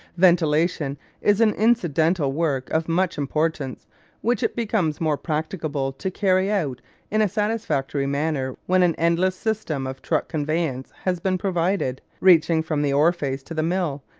ventilation is an incidental work of much importance which it becomes more practicable to carry out in a satisfactory manner when an endless system of truck conveyance has been provided, reaching from the ore-face to the mill,